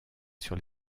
sur